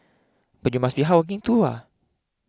but you must be hardworking too